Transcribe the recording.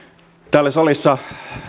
täällä salissa